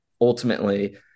ultimately